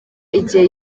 igihe